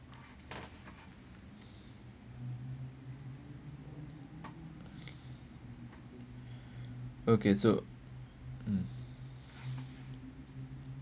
okay so